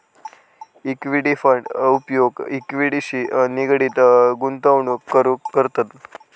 equity fund उपयोग इक्विटीशी निगडीत गुंतवणूक करूक करतत